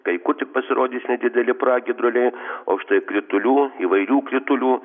kai kur tik pasirodys nedideli pragiedruliai o štai kritulių įvairių kritulių